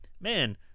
man